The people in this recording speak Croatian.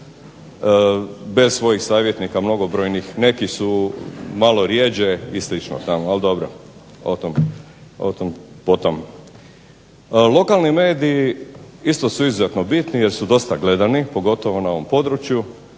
bez svojih savjetnika mnogobrojnih. Neki su malo rjeđe i slično tamo. Ali dobro, o tom po tom. Lokalni mediji isto su izuzetno bitni jer su dosta gledani pogotovo na ovom području